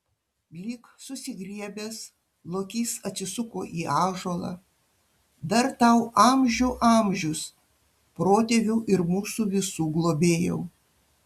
lyg susigriebęs lokys atsisuko į ąžuolą dar tau amžių amžius protėvių ir mūsų visų globėjau